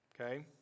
okay